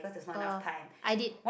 oh I did